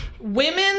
women